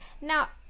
now